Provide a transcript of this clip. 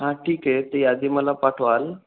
हां ठीक आहे ती यादी मला पाठवाल